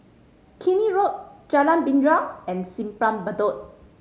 Keene Road Jalan Binja and Simpang Bedok